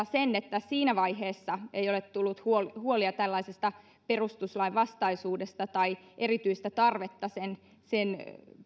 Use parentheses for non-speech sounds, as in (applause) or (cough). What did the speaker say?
(unintelligible) sen että siinä vaiheessa ei ole tullut huolia huolia tällaisesta perustuslainvastaisuudesta tai erityistä tarvetta sen sen